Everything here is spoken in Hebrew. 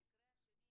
המקרה השני,